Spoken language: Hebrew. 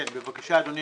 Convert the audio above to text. בבקשה, אדוני.